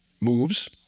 moves